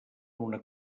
una